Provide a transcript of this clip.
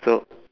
so